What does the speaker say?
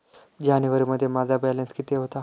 जानेवारीमध्ये माझा बॅलन्स किती होता?